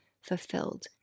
fulfilled